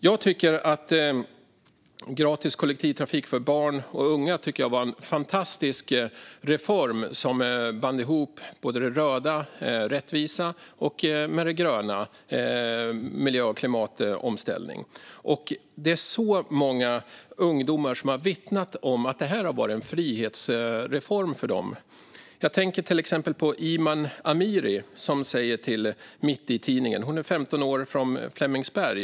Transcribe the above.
Jag tycker att gratis kollektivtrafik för barn och unga var en fantastisk reform som band ihop det röda, det vill säga rättvisa, med det gröna, det vill säga miljö och klimatomställningen. Det är så många ungdomar som har vittnat om att det har varit en frihetsreform för dem. Jag tänker till exempel på Iman Amiri, som är 15 år och kommer från Flemingsberg.